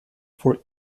for